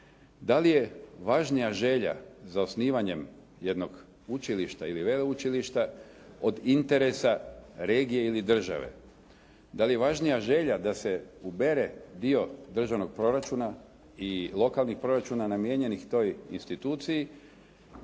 Da li je važnija želja za osnivanjem jednog učilišta ili veleučilišta od interesa regije ili države. Da li je važnija želja da se ubere dio državnog proračuna i lokalnih proračuna namijenjenih toj instituciji